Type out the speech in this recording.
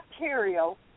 material